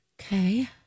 Okay